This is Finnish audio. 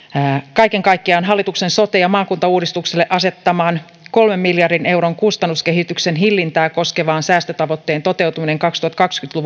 kaiken kaikkiaan hallituksen sote ja maakuntauudistukselle asettaman kolmen miljardin euron kustannuskehityksen hillintää koskevan säästötavoitteen toteutuminen kaksituhattakaksikymmentä